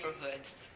neighborhoods